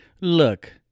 Look